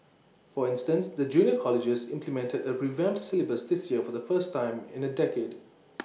for instance the junior colleges implemented A revamped syllabus this year for the first time in A decade